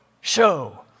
show